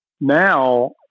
Now